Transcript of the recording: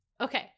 Okay